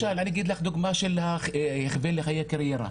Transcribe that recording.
אני אתן לך דוגמה של הכוון לחיי קריירה.